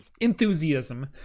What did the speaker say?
enthusiasm